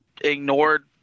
ignored